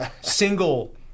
single